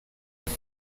what